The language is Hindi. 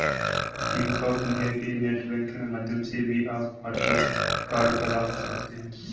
बैंक ऑफ इंडिया के नेट बैंकिंग माध्यम से भी आप हॉटलिस्ट कार्ड का लाभ उठा सकते हैं